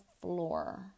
floor